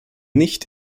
nicht